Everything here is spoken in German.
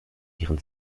ihren